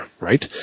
right